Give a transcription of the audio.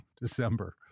December